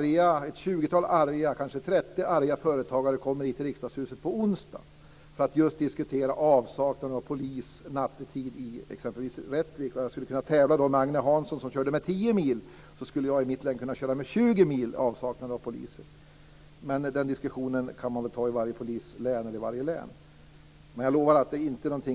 20-30 arga företagare kommer hit till riksdagshuset på onsdag för att just diskutera avsaknaden av polis nattetid i t.ex. Rättvik. Jag skulle då kunna tävla med Agne Hansson som talade om att polisen var 10 mil bort. I mitt län kan polisen vara 20 mil bort. Men den diskussionen kan man föra i varje län. Men jag kan alltså lova att dessa patruller